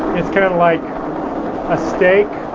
it's kind of like a steak,